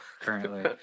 currently